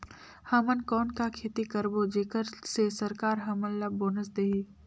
हमन कौन का खेती करबो जेकर से सरकार हमन ला बोनस देही?